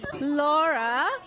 Laura